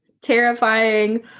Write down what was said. terrifying